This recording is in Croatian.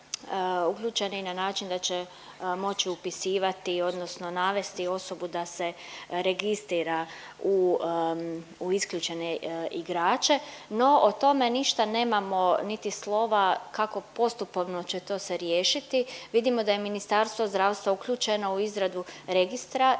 uključeni na način da će moći upisivati odnosno navesti osobu da se registrira u, u isključene igrače, no o tome ništa nemamo niti slova kako postupovno će to se riješiti. Vidimo da je Ministarstvo zdravstva uključeno u izradu registra